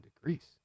degrees